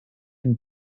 and